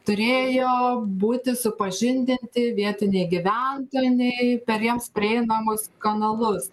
turėjo būti supažindinti vietiniai gyventojai per jiems prieinamus kanalus